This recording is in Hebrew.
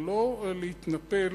ולא להתנפל,